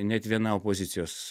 net viena opozicijos